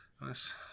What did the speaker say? Nice